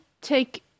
take